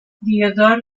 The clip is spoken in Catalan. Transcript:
diodor